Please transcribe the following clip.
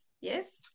Yes